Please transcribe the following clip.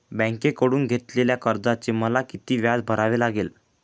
बँकेकडून घेतलेल्या कर्जाचे मला किती व्याज भरावे लागेल?